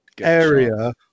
area